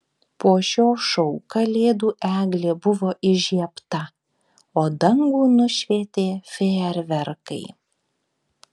po šio šou kalėdų eglė buvo įžiebta o dangų nušvietė fejerverkai